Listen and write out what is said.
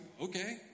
okay